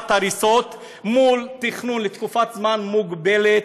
הריסות מול תכנון לתקופת זמן מוגבלת,